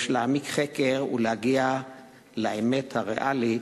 יש להעמיק חקר ולהגיע לאמת הריאלית,